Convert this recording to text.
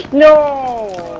no